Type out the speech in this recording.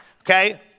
okay